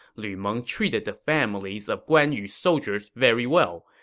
lu meng treated the families of guan yu's soldiers very well,